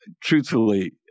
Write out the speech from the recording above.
truthfully